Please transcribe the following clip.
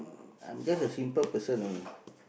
I'm just a simple person only